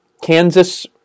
Kansas